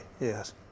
yes